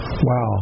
Wow